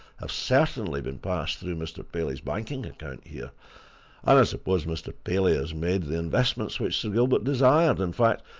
have certainly been passed through mr. paley's banking account here, and i suppose mr. paley has made the investments which sir gilbert desired in fact,